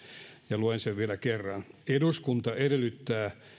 ja jonka luen vielä kerran eduskunta edellyttää